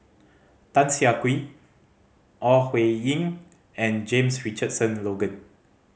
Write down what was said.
Tan Siah Kwee Ore Huiying and James Richardson Logan